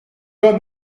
quand